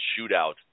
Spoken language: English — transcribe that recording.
shootout